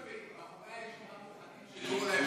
רגע,